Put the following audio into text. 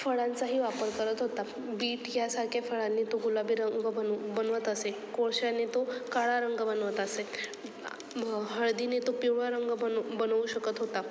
फळांचाही वापर करत होता बीट यासारख्या फळांनी तो गुलाबी रंग बनव बनवत असेल कोळशाने तो काळा रंग बनवत असेल म हळदीने तो पिवळा रंग बनव बनवू शकत होता